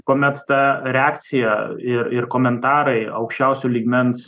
kuomet ta reakcija ir ir komentarai aukščiausio lygmens